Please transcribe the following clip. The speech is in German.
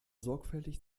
sorgfältig